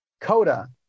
Coda